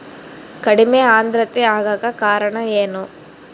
ಕಡಿಮೆ ಆಂದ್ರತೆ ಆಗಕ ಕಾರಣ ಏನು?